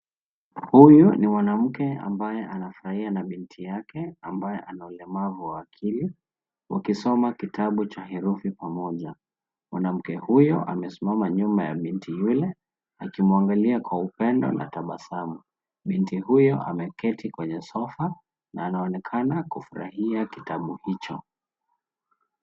Huyu ni mwanamke ambaye anafurahia na binti yake ambaye ana ulemavu wa akili wakisoma kitabu cha herufi pamoja. Mwanamke huyo amesimama nyuma ya binti yule akimwangalia kwa upendo na tabasamu. Binti huyo ameketi kwenye sofa na anaonekana kufurahia kitabu hicho.